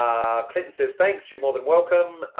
um clinton says thanks. you're more than welcome.